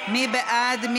מי בעד?